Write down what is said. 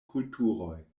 kulturoj